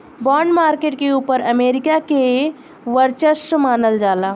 bond market के ऊपर America के वर्चस्व मानल जाला